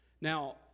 Now